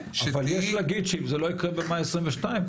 אבל יש להגיד שאם זה לא יקרה במאי 2022,